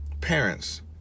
parents